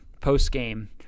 post-game